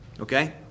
Okay